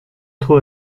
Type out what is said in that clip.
trop